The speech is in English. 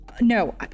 No